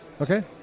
okay